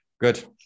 Good